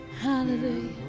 hallelujah